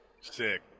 Sick